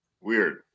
Weird